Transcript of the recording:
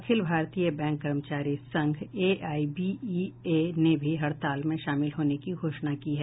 अखिल भारतीय बैंक कर्मचारी संघ एआईबीईए ने भी हड़ताल में शामिल होने की घोषणा की है